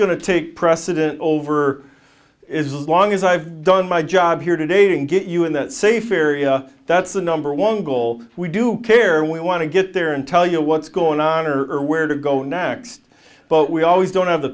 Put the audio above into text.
to take precedent over is as long as i've done my job here today to get you in that safe area that's the number one goal we do care we want to get there and tell you what's going on or where to go next but we always don't have the